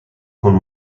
con